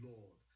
Lord